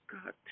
God